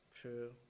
True